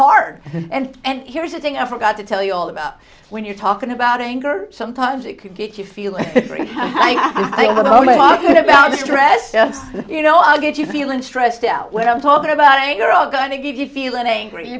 hard and and here's the thing i forgot to tell you all about when you're talking about anger sometimes it can get you feeling i'm about to stress you know i'll get you feeling stressed out what i'm talking about anger are going to give you feel an